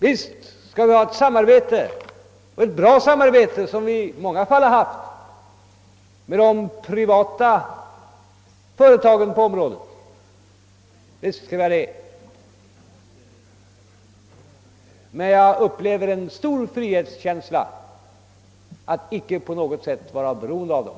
Visst skall vi ha ett samarbete och ett gott sådant, vilket vi i många fall också haft, med de privata företagen på området, men jag upplever en stor frihetskänsla däri att icke på något sätt vara beroende av dem.